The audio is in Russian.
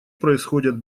происходят